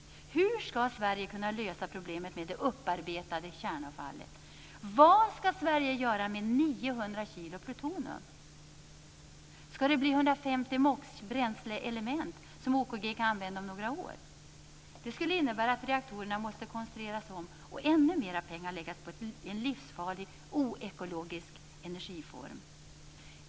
Hur skall Sverige kunna lösa problemet med det upparbetade kärnavfallet? Vad skall Sverige göra med 900 kg plutonium? Skall det bli 150 MOX bränsleelement som OKG kan använda om några år? Det skulle innebära att reaktorerna måste konstrueras om och ännu mer pengar läggas på en livsfarlig oekologisk energiform.